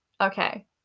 Okay